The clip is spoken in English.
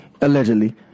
allegedly